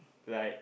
like